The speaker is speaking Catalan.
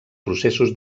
processos